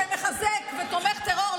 שמחזק ותומך טרור,